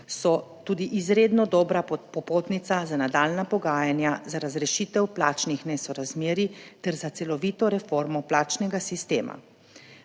so tudi izredno dobra popotnica za nadaljnja pogajanja za razrešitev plačnih nesorazmerij ter za celovito reformo plačnega sistema.